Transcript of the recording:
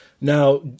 Now